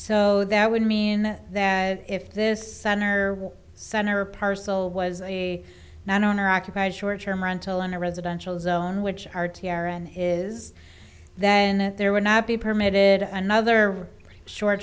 so that would mean that if this center center parcel was a non owner occupied short term rental in a residential zone which r t r and is then there would not be permitted another short